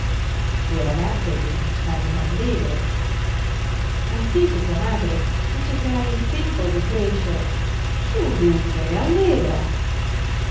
le ragazze devono stare allegre hai inteso tua madre dice che hai tempo di crescere su dunque allegra